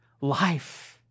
life